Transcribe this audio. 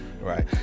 right